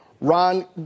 Ron